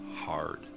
hard